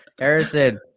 Harrison